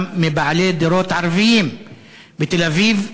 גם מבעלי דירות ערבים בתל-אביב,